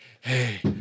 hey